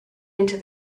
into